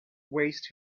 waste